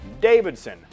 Davidson